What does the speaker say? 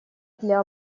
для